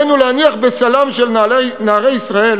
עלינו להניח בסלם של נערי ישראל